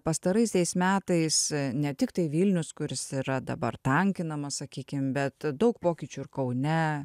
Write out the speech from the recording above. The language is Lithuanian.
pastaraisiais metais ne tiktai vilnius kuris yra dabar tankinamas sakykime bet daug pokyčių ir kaune